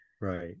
Right